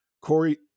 Corey